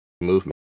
movement